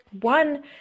one